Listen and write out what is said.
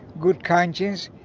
good conscience,